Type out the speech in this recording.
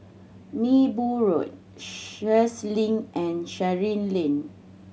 Minbu Road Sheares Link and Chancery Lane